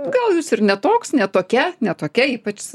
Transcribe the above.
gal jūs ir ne toks ne tokia ne tokia ypač